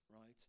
right